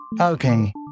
Okay